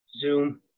Zoom